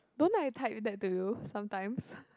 don't I type that to you sometimes